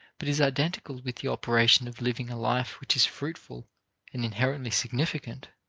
but is identical with the operation of living a life which is fruitful and inherently significant,